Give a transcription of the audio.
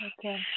Okay